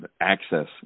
access